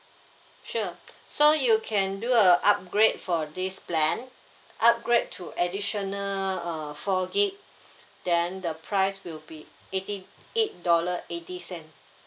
sure so you can do a upgrade for this plan upgrade to additional uh four gig then the price will be eighty eight dollar eighty cent